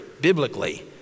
biblically